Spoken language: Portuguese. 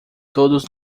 todos